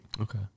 Okay